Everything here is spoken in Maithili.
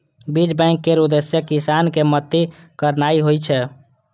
बीज बैंक केर उद्देश्य किसान कें मदति करनाइ होइ छै